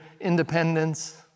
independence